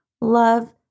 love